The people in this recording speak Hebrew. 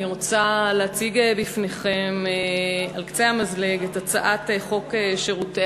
אני רוצה להציג בפניכם על קצה המזלג את הצעת חוק שירותי